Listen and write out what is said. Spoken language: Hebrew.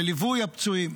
לליווי הפצועים,